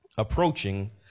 approaching